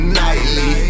nightly